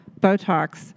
Botox